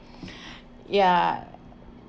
ya